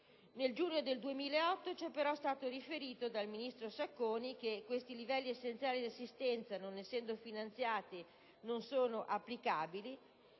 Nel giugno 2008 c'è però stato riferito dal ministro Sacconi che questi livelli essenziali di assistenza, non essendo finanziati, non sono applicabili